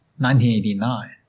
1989